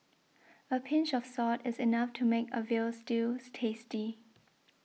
a pinch of salt is enough to make a Veal Stews tasty